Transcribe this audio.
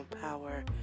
power